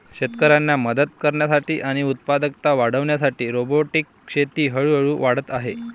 शेतकऱ्यांना मदत करण्यासाठी आणि उत्पादकता वाढविण्यासाठी रोबोटिक शेती हळूहळू वाढत आहे